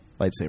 lightsaber